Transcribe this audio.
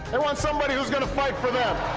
and want somebody who's going to fight for them!